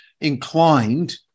inclined